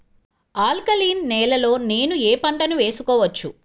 Alkaline నేలలో నేనూ ఏ పంటను వేసుకోవచ్చు?